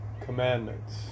Commandments